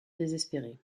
désespérée